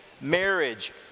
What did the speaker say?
marriage